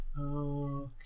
Okay